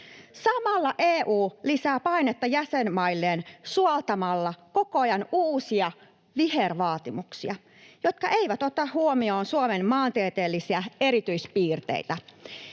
Samalla EU lisää painetta jäsenmailleen suoltamalla koko ajan uusia vihervaatimuksia, jotka eivät ota huomioon Suomen maantieteellisiä erityispiirteitä